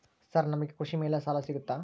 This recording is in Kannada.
ಸರ್ ನಮಗೆ ಕೃಷಿ ಮೇಲೆ ಸಾಲ ಸಿಗುತ್ತಾ?